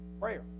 prayer